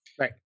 Right